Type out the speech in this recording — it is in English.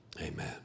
amen